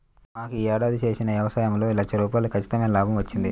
మాకు యీ ఏడాది చేసిన యవసాయంలో లక్ష రూపాయలు ఖచ్చితమైన లాభం వచ్చింది